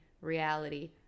reality